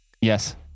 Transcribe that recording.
yes